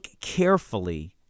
carefully